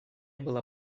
было